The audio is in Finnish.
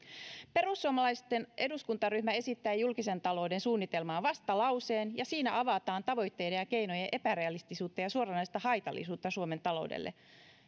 perussuomalaisten eduskuntaryhmä esittää julkisen talouden suunnitelmaan vastalauseen ja siinä avataan tavoitteiden ja keinojen epärealistisuutta ja suoranaista haitallisuutta suomen taloudelle